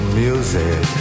music